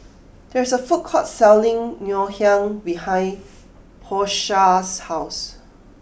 there is a food court selling Ngoh Hiang behind Porsha's house